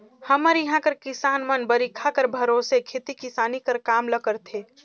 हमर इहां कर किसान मन बरिखा कर भरोसे खेती किसानी कर काम ल करथे